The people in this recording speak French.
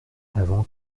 avant